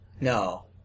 No